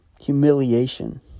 humiliation